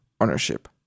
ownership